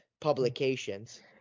publications